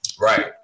Right